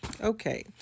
Okay